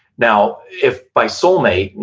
now, if by soulmate, you